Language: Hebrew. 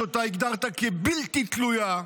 שאותה הגדרת כבלתי תלויה,